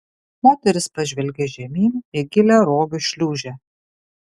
moteris pažvelgė žemyn į gilią rogių šliūžę